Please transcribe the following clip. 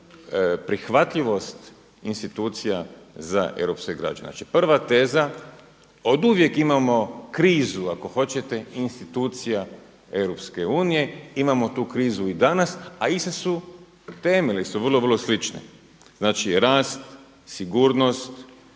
prihvatljivost institucija za europske građane. Znači prva teza oduvijek imamo krizu ako hoćete institucija EU, imamo tu krizu i danas, a iste su teme ili su vrlo, vrlo slične, znači rast, sigurnost,